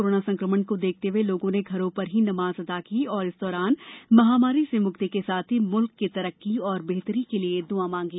corona संकमण को देखते हुए लोगों ने घरों पर ही नमाज अदा की और इस दौरान महामारी से मुक्ति के साथ ही मुल्क की तरक्की और बेहतरी के लिये दुआ की गई